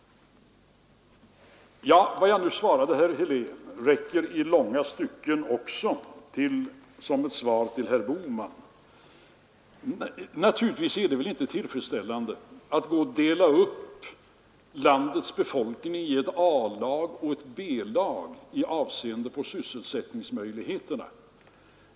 Vad jag nu svarat herr Helén räcker i långa stycken också som svar till herr Bohman. Naturligtvis är det inte tillfredsställande att dela upp landets befolkning i ett A-lag och ett B-lag med tanke på sysselsättningsmöjligheterna.